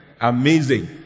Amazing